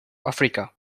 africa